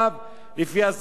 והגדרתה נמדדת